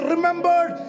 remembered